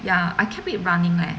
ya I kept it running leh